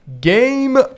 game